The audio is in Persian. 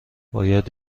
باید